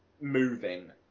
moving